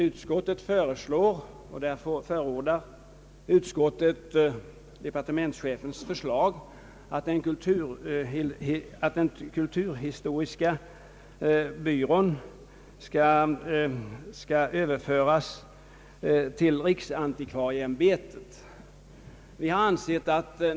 Utskottet föreslår — och därvidlag stöder utskottet departementschefens förslag — att den kulturhistoriska byrån skall överföras till riksantikvarieämbetet.